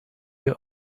your